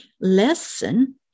lesson